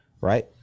right